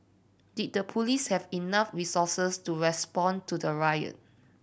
did the police have enough resources to respond to the riot